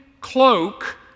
cloak